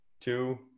two